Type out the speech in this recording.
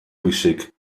pwysig